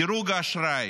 דירוג האשראי,